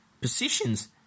positions